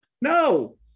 No